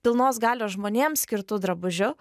pilnos galios žmonėm skirtu drabužiu